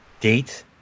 date